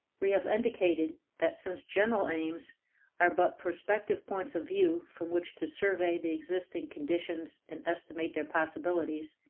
we have indicated that since general aims are but prospective points of view from which to survey the existing conditions and estimate their possibilities,